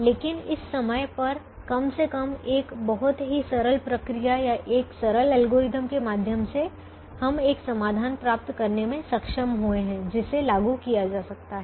लेकिन इस समय पर कम से कम एक बहुत ही सरल प्रक्रिया या एक सरल एल्गोरिथ्म के माध्यम से हम एक समाधान प्राप्त करने में सक्षम हुए हैं जिसे लागू किया जा सकता है